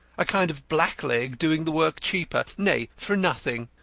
a kind of blackleg doing the work cheaper nay, for nothing.